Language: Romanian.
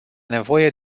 nevoie